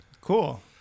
Cool